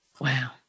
Wow